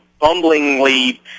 bumblingly